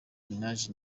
minaj